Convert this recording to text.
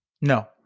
No